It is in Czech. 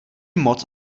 moc